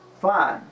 fine